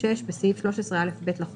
בסעיף 13א(ב) לחוק,